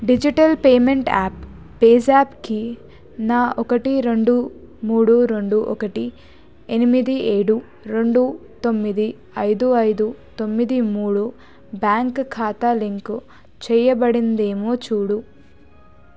digital payment app పేజాప్కి నా ఒకటి రెండు మూడు రెండు ఒకటి ఎనిమిది ఏడు రెండు తొమ్మిది ఐదు ఐదు తొమ్మిది మూడు బ్యాంక్ ఖాతా లింకు చేయబడిందేమో చూడు